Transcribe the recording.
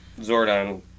Zordon